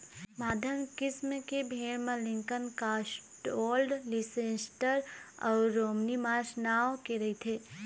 मध्यम किसम के भेड़ म लिंकन, कौस्टवोल्ड, लीसेस्टर अउ रोमनी मार्स नांव के रहिथे